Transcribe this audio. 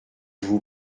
vous